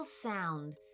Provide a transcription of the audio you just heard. sound